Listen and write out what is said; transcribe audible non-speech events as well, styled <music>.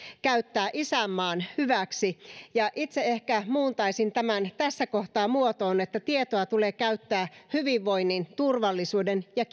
käyttää isänmaan hyväksi ja itse ehkä muuntaisin tämän tässä kohtaa muotoon että tietoa tulee käyttää hyvinvoinnin turvallisuuden ja <unintelligible>